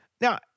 Now